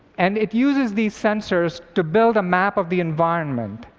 and it uses these sensors to build a map of the environment.